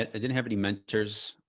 i didn't have any mentors.